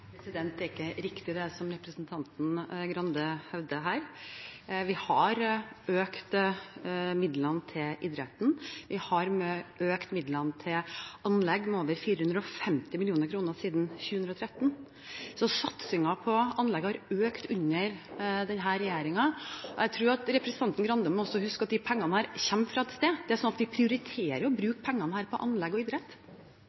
Det er ikke riktig, det som representanten Grande hevder her. Vi har økt midlene til idretten, vi har økt midlene til anlegg med over 450 mill. kr siden 2013. Så satsingen på anlegg har økt under denne regjeringen. Jeg tror at representanten Grande også må huske at disse pengene kommer fra et sted. Vi prioriterer å bruke pengene på anlegg og idrett. Dette huset kunne også prioritert å